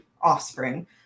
offspring